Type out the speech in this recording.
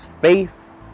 Faith